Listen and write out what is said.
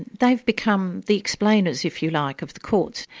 they've become the explainers, if you like, of the courts.